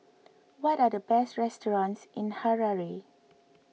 what are the best restaurants in Harare